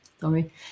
sorry